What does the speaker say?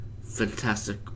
fantastic